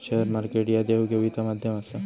share market ह्या देवघेवीचा माध्यम आसा